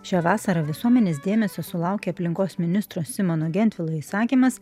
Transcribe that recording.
šią vasarą visuomenės dėmesio sulaukė aplinkos ministro simono gentvilo įsakymas